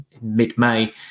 mid-May